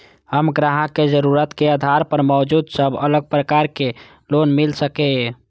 हम ग्राहक के जरुरत के आधार पर मौजूद सब अलग प्रकार के लोन मिल सकये?